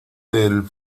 del